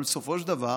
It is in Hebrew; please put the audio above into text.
אבל בסופו של דבר